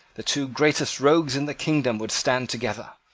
the two greatest rogues in the kingdom would stand together.